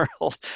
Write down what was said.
world